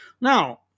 Now